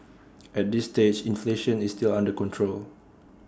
at this stage inflation is still under control